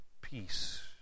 peace